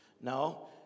No